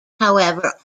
however